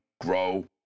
grow